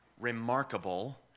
remarkable